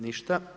Ništa.